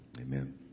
amen